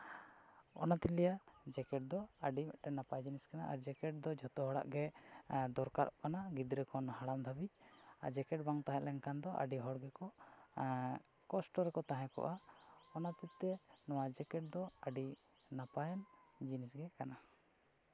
ᱚᱱᱟᱛᱤᱧ ᱞᱟᱹᱭᱟ ᱡᱮᱠᱮᱴ ᱫᱚ ᱟᱹᱰᱤ ᱢᱤᱫᱴᱮᱱ ᱱᱟᱯᱟᱭ ᱡᱤᱱᱤᱥ ᱠᱟᱱᱟ ᱟᱨ ᱡᱮᱠᱮᱴ ᱫᱚ ᱡᱷᱚᱛᱚ ᱦᱚᱲᱟᱜ ᱜᱮ ᱫᱚᱨᱠᱟᱨᱚᱜ ᱠᱟᱱᱟ ᱜᱤᱫᱽᱨᱟᱹ ᱠᱷᱚᱱ ᱦᱟᱲᱟᱢ ᱫᱷᱟᱹᱵᱤᱡ ᱟᱨ ᱡᱮᱠᱮᱴ ᱵᱟᱝ ᱛᱟᱦᱮᱸᱞᱮᱱᱠᱷᱟᱱ ᱫᱚ ᱟᱹᱰᱤ ᱦᱚᱲ ᱜᱮᱠᱚ ᱠᱚᱥᱴᱚ ᱨᱮᱠᱚ ᱛᱟᱦᱮᱸᱠᱚᱜᱼᱟ ᱚᱱᱟ ᱦᱚᱛᱮᱡᱛᱮ ᱱᱚᱣᱟ ᱡᱮᱠᱮᱴ ᱫᱚ ᱟᱹᱰᱤ ᱱᱟᱯᱟᱭᱟᱱ ᱡᱤᱱᱤᱥ ᱜᱮ ᱠᱟᱱᱟ